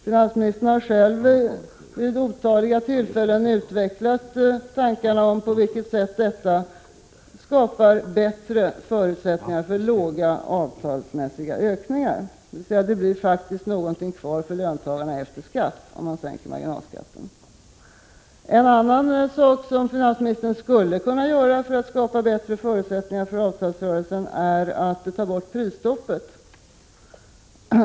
Finansministern har själv vid otaliga tillfällen utvecklat tankegångar om hur man på detta sätt kan skapa bättre förutsättningar för låga avtalsmässiga ökningar. Om marginalskatten sänks blir det faktiskt något kvar för löntagarna efter skatt. Genom att ta bort prisstoppet skulle finansministern kunna skapa bättre förutsättningar för avtalsrörelsen.